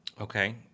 Okay